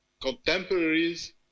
contemporaries